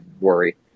worry